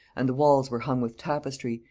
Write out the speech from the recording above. and the walls were hung with tapestry,